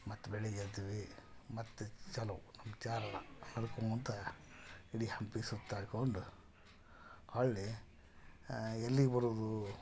ಮತ್ತೆ ಬೆಳಿಗ್ಗೆ ಎದ್ವಿ ಮತ್ತೆ ಚಾಲೂ ಅದಕ್ಕೆ ಮುಂದ ಇಡೀ ಹಂಪಿ ಸುತ್ತಾಡಿಕೊಂಡು ಅಲ್ಲಿ ಎಲ್ಲಿಗೆ ಬರುದು